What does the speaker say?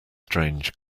strange